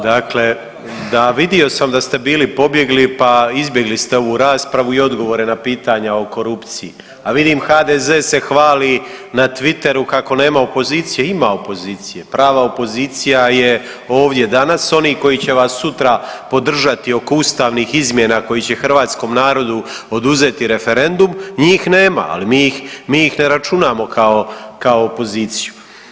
Dakle, da vidio sam da ste bili pobjegli, pa izbjegli ste ovu raspravu i odgovore na pitanja o korupciji, a vidim HDZ se hvali na Twitteru kako nema opozicije, ima opozicije, prava opozicija je ovdje danas, oni koji će vas sutra podržati oko ustavnih izmjena koji će hrvatskom narodu oduzeti referendum njih nema, ali mi ih, mi ih ne računamo kao, kao opoziciju.